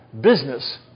business